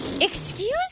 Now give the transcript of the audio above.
Excuse